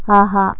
ஆஹா